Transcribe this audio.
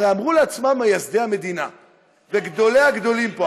הרי אמרו לעצמם מייסדי המדינה וגדולי הגדולים פה,